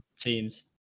teams